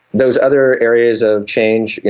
those other areas of change,